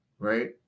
Right